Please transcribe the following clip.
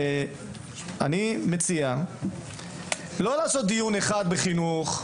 אני מציע לא לעשות דיון אחד בחינוך,